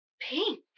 Pink